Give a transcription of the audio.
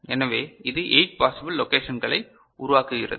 எனவே இது 8 பாசிபிள் லொகேஷன்களை உருவாக்குகிறது